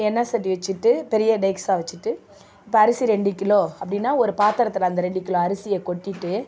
எண்ணெய் சட்டி வச்சுட்டு பெரிய டேக்ஸா வச்சுட்டு இப்போ அரிசி ரெண்டு கிலோ அப்புடின்னா ஒரு பாத்தரத்தில் அந்த ரெண்டு கிலோ அரிசியை கொட்டிட்டு